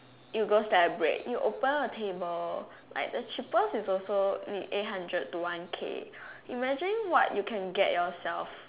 you go celebrate you open a table like the cheapest is also need eight hundred to one K imagine what you can get yourself